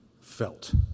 felt